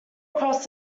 across